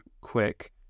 quick